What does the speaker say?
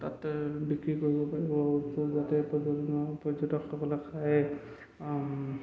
তাতে বিক্ৰী কৰিব পাৰিব যাতে পৰ্যটক পৰ্যটক